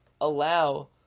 allow